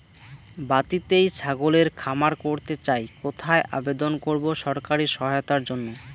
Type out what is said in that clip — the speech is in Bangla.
বাতিতেই ছাগলের খামার করতে চাই কোথায় আবেদন করব সরকারি সহায়তার জন্য?